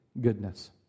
goodness